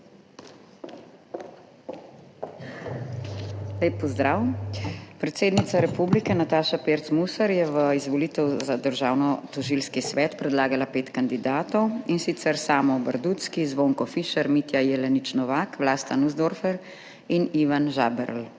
Lep pozdrav! Predsednica republike Nataša Pirc Musar je v izvolitev za Državnotožilski svet predlagala pet kandidatov, in sicer Sama Bardutzkega, Zvonka Fišerja, Mitjo Jeleniča Novaka, Vlasto Nussdorfer in Ivana Žaberla.